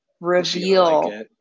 reveal